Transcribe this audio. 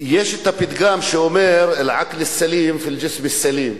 פתגם שאומר: אל-עַקְל אל-סַלִים פִי אל-גִ'סְם אל-סַלִים.